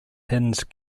hinged